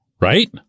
right